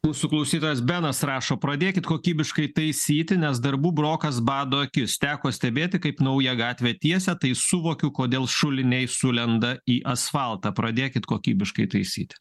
mūsų klausytojas benas rašo pradėkit kokybiškai taisyti nes darbų brokas bado akis teko stebėti kaip naują gatvę tiesia tai suvokiu kodėl šuliniai sulenda į asfaltą pradėkit kokybiškai taisyti